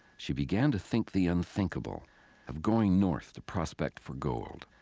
she began to think the unthinkable of going north to prospect for gold.